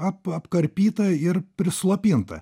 ap apkarpyta ir prislopinta